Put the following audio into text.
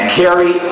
carry